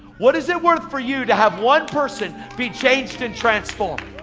what is it worth for you to have one person be changed and transformed?